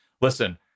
listen